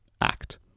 Act